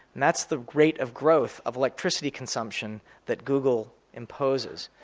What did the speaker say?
that's the rate of growth of electricity consumption that google imposes,